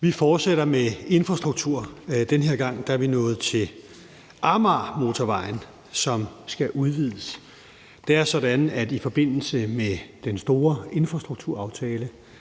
Vi fortsætter med infrastruktur. Denne gang er vi nået til Amagermotorvejen, som skal udvides. Det er sådan, at i forbindelse med den store »Aftale